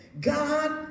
God